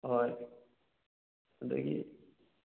ꯑꯣꯍꯣꯏ ꯑꯗꯒꯤ